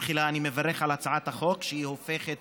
תחילה אני מברך על הצעת החוק, שהופכת